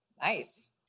Nice